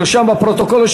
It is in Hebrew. נרשם בפרוטוקול,